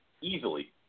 easily